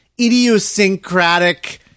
idiosyncratic